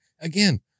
again